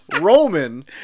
Roman